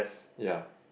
ya